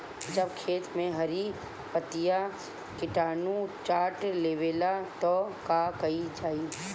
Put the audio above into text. जब खेत मे हरी पतीया किटानु चाट लेवेला तऽ का कईल जाई?